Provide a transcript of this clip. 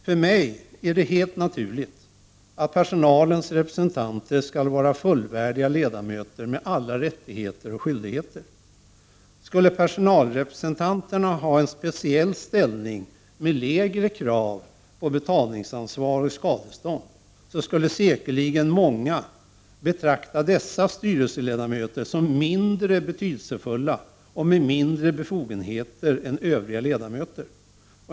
För mig är det helt naturligt att personalens representanter skall vara fullvärdiga ledamöter med alla rättigheter och skyldigheter. Skulle personalrepresentanterna ha en speciell ställning, med lägre krav på betalningsansvar och skadestånd, skulle många säkerligen betrakta dessa styrelseledamöter som mindre betydelsefulla och anse att de hade mindre befogenheter än övriga ledamöter.